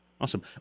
Awesome